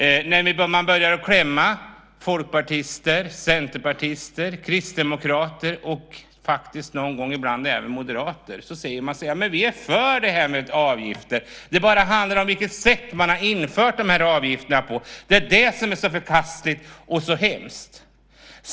När man börjar pressa folkpartister, centerpartister, kristdemokrater och någon gång även moderater säger de att de är för avgifter men att det handlar om sättet på vilket man har infört avgifterna. Det skulle vara så förkastligt och hemskt.